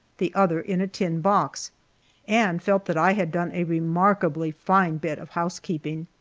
the other in a tin box and felt that i had done a remarkably fine bit of housekeeping.